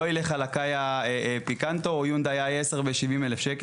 הוא לא ילך על קיה פיקנטו או על יונדאי i10ב-70,000 ש"ח,